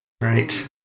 right